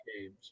games